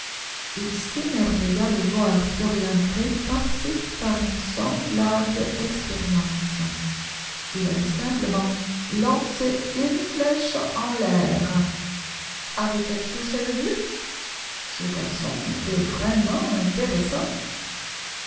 il s'émerveilla de voir dorian gray passer par une semblable expérience il avait simplement lancé une flèche en l'air avait-elle touché le but ce garçon était vraiment intéressant